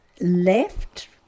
left